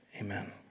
Amen